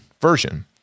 version